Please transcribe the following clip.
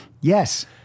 Yes